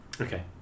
Okay